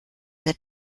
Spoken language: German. wird